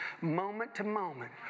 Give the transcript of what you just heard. moment-to-moment